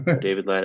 David